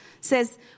says